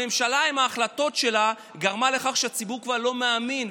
הממשלה עם ההחלטות שלה גרמה לכך שהציבור כבר לא מאמין,